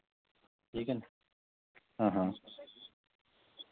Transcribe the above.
ठीक ऐ नी हां हां